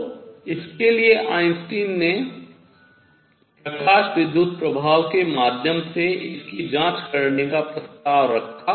तो उसके लिए आइंस्टीन ने प्रकाश विद्युत प्रभाव के माध्यम से इसकी जाँच करने का प्रस्ताव रखा